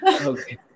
Okay